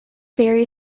very